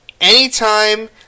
anytime